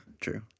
True